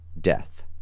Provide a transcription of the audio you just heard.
death